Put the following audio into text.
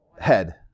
Head